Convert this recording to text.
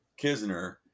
Kisner